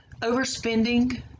overspending